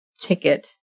ticket